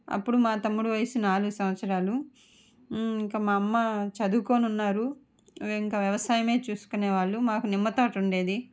అప్పుడు మా తమ్ముడు వయసు నాలుగు సంవత్సరాలు ఇంక మా అమ్మ చదువుకున్నారు ఇంక వ్యవసాయం చూసుకునే వాళ్ళు మాకు నిమ్మ తోట ఉండేది